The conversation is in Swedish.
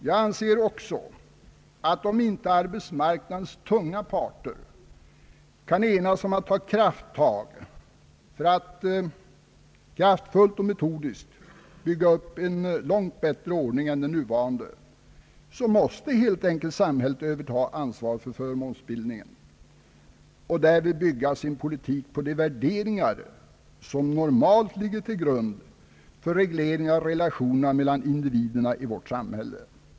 Jag anser också att om inte arbetsmarknadens tunga parter kan enas om att ta krafttag för att starkt och metodiskt bygga upp en långt bättre ordning än den nuvarande, måste helt enkelt samhället överta ansvaret för förmånsbildningen och därvid bygga sin politik på de värderingar som normalt ligger till grund för reglering av relationerna mellan individerna i vårt samhälle.